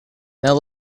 now